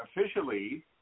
officially